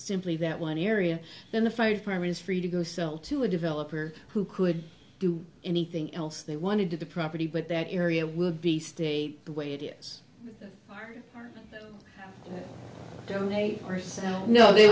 simply that one area then the fire department is free to go sell to a developer who could do anything else they wanted to the property but that area would be state the way it is don't they are so you know they